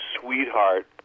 sweetheart